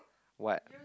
what